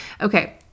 Okay